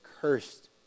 Cursed